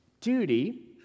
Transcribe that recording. Duty